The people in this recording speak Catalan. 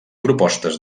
propostes